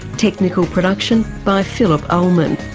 technical production by phillip ulman.